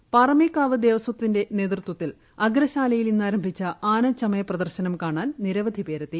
അതിനിടെപാറമേക്കാവ് ദേവസ്വത്തിന്റെ നേതൃത്വത്തിൽ അഗ്രശാലയിൽഇന്ന് ആരംഭിച്ച ആനച്ചമയപ്ര ദർശനം കാണാൻ നിരവധിപേരെത്തി